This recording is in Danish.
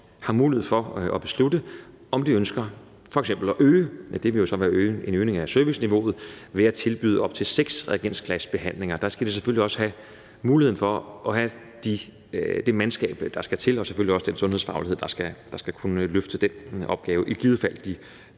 har mulighed for at beslutte, om de ønsker f.eks. at øge serviceniveauet, som det så vil være, ved at tilbyde op til seks reagensglasbehandlinger. Der skal de selvfølgelig også have mulighed for at have det mandskab, der skal til, og selvfølgelig også den sundhedsfaglighed, der skal kunne løfte den opgave, i givet fald